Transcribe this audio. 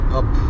up